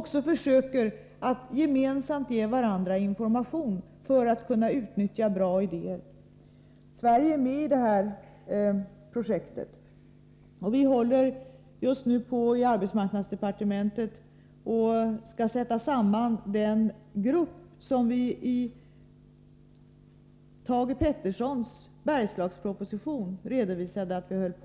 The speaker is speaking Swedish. Vidare gäller det att sprida informationen mellan de länder som deltar i projektet — däribland Sverige — så att goda idéer verkligen kan utnyttjas. I arbetsmarknadsdepartementet är vi just nu i färd med att utse den grupp som skall arbeta med de frågor som finns redovisade i